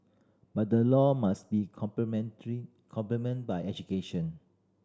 but the law must be complement by education